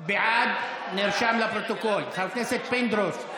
בעד, נרשם בפרוטוקול, חבר הכנסת פינדרוס?